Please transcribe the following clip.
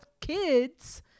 kids